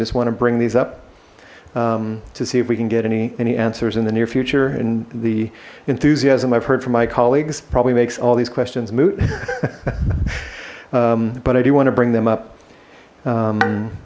just want to bring these up to see if we can get any any answers in the near future and the enthusiasm i've heard from my colleagues probably makes all these questions moot but i do want to bring them up